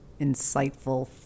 insightful